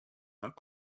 that